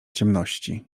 ciemności